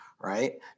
right